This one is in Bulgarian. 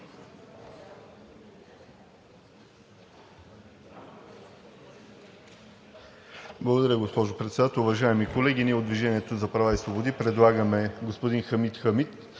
Благодаря, госпожо Председател. Уважаеми колеги! Ние, от „Движение за права и свободи“, предлагаме господин Хамид Хамид